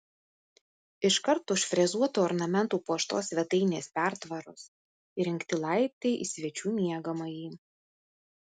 iškart už frezuotu ornamentu puoštos svetainės pertvaros įrengti laiptai į svečių miegamąjį